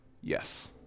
Yes